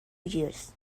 years